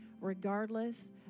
regardless